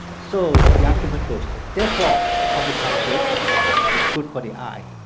so the argument goes, therefore copper sulphate is good for the eye,